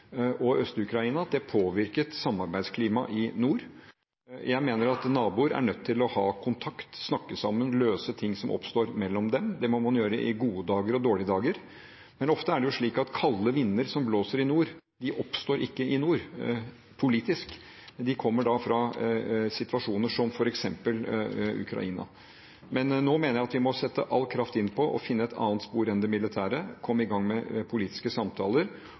og i Øst-Ukraina at det påvirket samarbeidsklimaet i nord. Jeg mener at naboer er nødt til å ha kontakt, snakke sammen og løse ting som oppstår mellom dem. Det må man gjøre i gode dager og dårlige dager. Ofte er det jo slik at kalde vinder som blåser i nord, ikke oppstår i nord politisk, men de kommer fra situasjoner som f.eks. i Ukraina. Men nå mener jeg at vi må sette all kraft inn på å finne et annet spor enn det militære, komme i gang med politiske samtaler